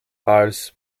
als